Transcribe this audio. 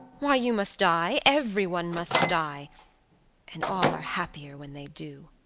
why you must die everyone must die and all are happier when they do.